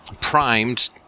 primed